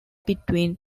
between